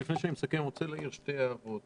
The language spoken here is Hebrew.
ולפני זה אני רוצה להעיר שתי הערות.